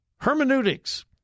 Hermeneutics